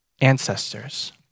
ancestors